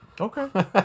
Okay